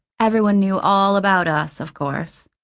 everyone knew all about us, of course.